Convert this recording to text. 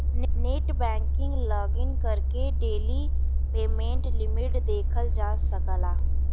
net banking login करके daily payment limit देखल जा सकला